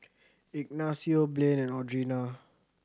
Ignacio Blaine and Audrina